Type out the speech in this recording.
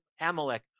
Amalek